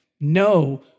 No